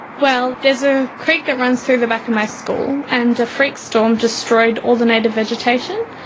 well, there's a creek that runs through the back of my school, and a freak storm destroyed all the native vegetation.